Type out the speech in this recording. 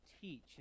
teach